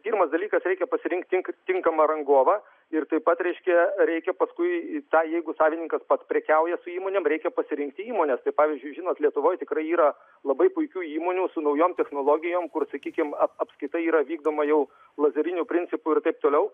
pirmas dalykas reikia pasirinkt ti tinkamą rangovą ir taip pat reiškia reikia paskui tą jeigu savininkas pats prekiauja su įmonėm reikia pasirinkti įmones tai pavyzdžiuižinot lietuvoj tikrai yra labai puikių įmonių su naujom technologijom kur sakykim ap apskaita yra vykdoma jau lazeriniu principu ir taip toliau